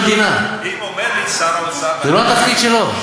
ואם אומר לי שר האוצר, זה לא התפקיד שלו.